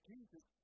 Jesus